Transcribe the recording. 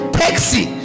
taxi